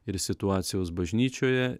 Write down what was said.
ir situacijos bažnyčioje